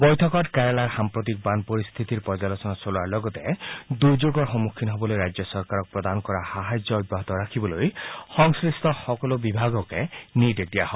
বৈঠকত কেৰালাৰ সাম্প্ৰতিক বান পৰিস্থিতি পৰ্যালোচনা চলোৱাৰ লগতে দুৰ্যোগৰ সন্মুখীন হ'বলৈ ৰাজ্য চৰকাৰক প্ৰদান কৰা সাহায্য অব্যাহত ৰাখিবলৈ সংশ্লিষ্ট সকলো বিভাগকে নিৰ্দেশ দিয়া হয়